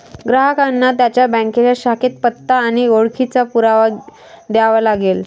ग्राहकांना त्यांच्या बँकेच्या शाखेत पत्ता आणि ओळखीचा पुरावा द्यावा लागेल